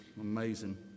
amazing